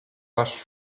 rushed